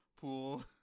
pool